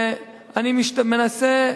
ואני מנסה,